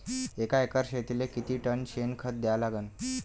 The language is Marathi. एका एकर शेतीले किती टन शेन खत द्या लागन?